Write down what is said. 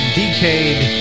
decade